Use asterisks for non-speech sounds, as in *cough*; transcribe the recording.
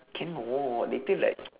cannot later like *noise*